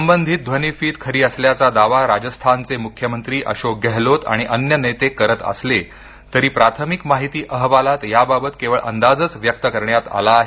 संबंधित ध्वनिफित खरी असल्याचा दावा राजस्थानचे मुख्यमंत्री अशोक गहलौत आणि अन्य नेते करत असले तरी प्राथमिक माहिती अहवालात याबाबत केवळ अंदाजच व्यक्त करण्यात आला आहे